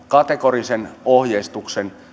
kategorisen ohjeistuksen